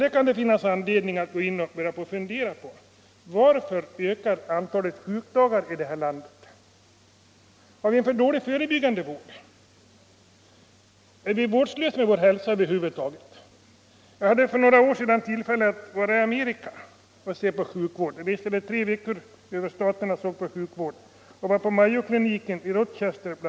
Det finns anledning att börja fundera över varför antalet sjukdagar ökar i vårt land. Har vi en för dålig förebyggande vård? Är vi vårdslösa med vår hälsa över huvud taget? Jag hade för några år sedan tillfälle att se på sjukvården i Amerika. Vi reste i tre veckor genom Staterna och studerade sjukvården. BI. a. var jag på Mayokliniken i Rochester.